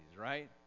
right